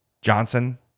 Johnson